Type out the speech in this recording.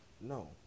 no